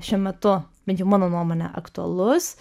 šiuo metu bent jau mano nuomone aktualus